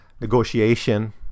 Negotiation